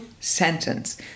sentence